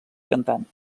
cantant